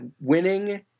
winning